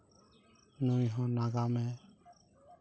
ᱱᱩᱭ ᱦᱚᱸ ᱱᱟᱜᱟᱢᱮ